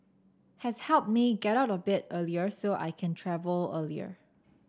has helped me get out of bed earlier so I can travel earlier